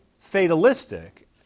fatalistic